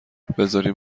بزارین